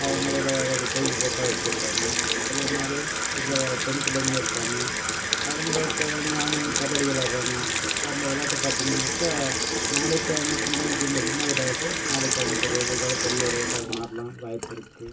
அவங்களுடைய ஒரு பொழுதுபோக்கா வச்சுருக்காங்க அதேமாதிரி பிள்ளைகள் பெண் பிள்ளைகளும் இருக்காங்க அவங்க குறைஞ்ச அவங்க கபடி விளையாட்றாங்க இப்ப அந்த விளையாட்டு பார்த்தீங்கனாக்கா நாளைக்கு அவங்களுக்கு இன்றைக்கி இந்த சின்ன விளையாட்டு நாளைக்கு அவங்களுக்கு ஒரு எதிர்கால பெரிய விளையாட்டா மாறலாம் வாய்ப்பு இருக்குது